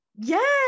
yes